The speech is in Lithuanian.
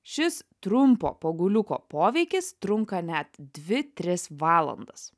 šis trumpo poguliuko poveikis trunka net dvi tris valandas